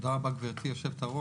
תודה רבה, גברתי היושבת-ראש.